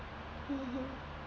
mmhmm